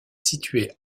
située